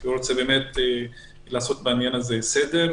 הוא רוצה בעניין הזה לעשות סדר,